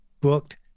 booked